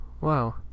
Wow